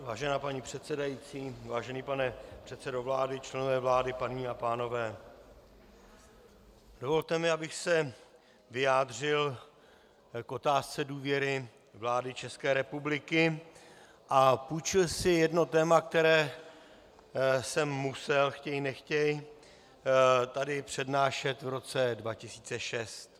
Vážená paní předsedající, vážený pane předsedo vlády, členové vlády, paní a pánové, dovolte mi, abych se vyjádřil k otázce důvěry vlády České republiky a půjčil si jedno téma, které jsem musel, chtě nechtě, tady přednášet v roce 2006.